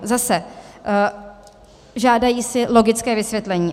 Zase žádají si logické vysvětlení.